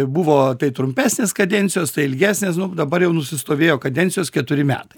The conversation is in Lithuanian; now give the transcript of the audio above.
buvo tai trumpesnės kadencijos tai ilgesnės nu dabar jau nusistovėjo kadencijos keturi metai